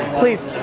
please,